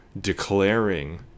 declaring